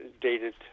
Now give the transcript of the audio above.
dated